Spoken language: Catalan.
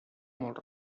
molt